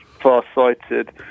far-sighted